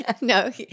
No